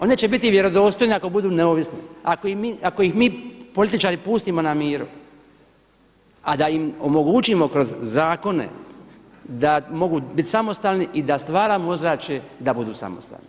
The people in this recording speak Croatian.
One će biti vjerodostojne ako budu neovisne, ako ih mi političari pustimo na miru a da im omogućimo kroz zakone da mogu biti samostalni i da stvaramo ozračje da budu samostalni.